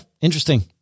interesting